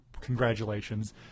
Congratulations